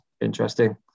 interesting